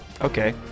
Okay